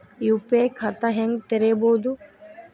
UPI ಖಾತಾ ಹೆಂಗ್ ತೆರೇಬೋದು?